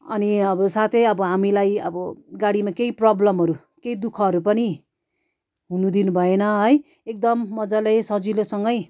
अनि अब साथै अब हामीलाई अब गाडीमा केही प्रब्लमहरू केही दु खहरू पनि हुनु दिनु भएन है एकदम मजाले सजिलोसँगै